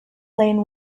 lane